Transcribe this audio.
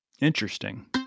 Interesting